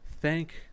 thank